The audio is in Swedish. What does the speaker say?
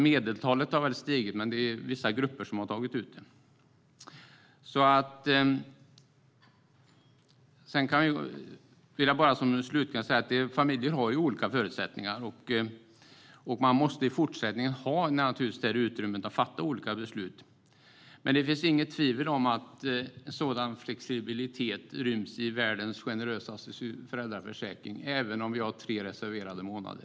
Medeltalet har kanske stigit, men det är alltså vissa grupper som har tagit ut dagar. Familjer har olika förutsättningar, och man måste naturligtvis ha utrymme att fatta olika beslut även i fortsättningen. Det råder inget tvivel om att sådan flexibilitet ryms i världens mest generösa föräldraförsäkring, även om vi har tre reserverade månader.